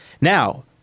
Now